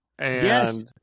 Yes